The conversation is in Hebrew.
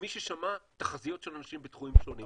כמי ששמע תחזיות של אנשים בתחומים שונים.